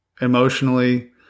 Emotionally